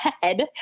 head